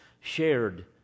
shared